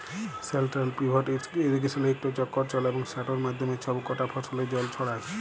central pivot ইরিগেসলে ইকট চক্কর চলে এবং সেটর মাধ্যমে ছব কটা ফসলে জল ছড়ায়